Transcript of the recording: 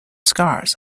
scars